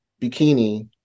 bikini